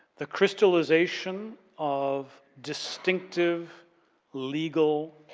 the crystallization of distinctive legal